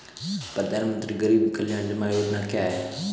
प्रधानमंत्री गरीब कल्याण जमा योजना क्या है?